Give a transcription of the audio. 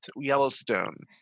Yellowstone